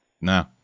No